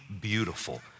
beautiful